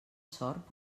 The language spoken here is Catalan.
sort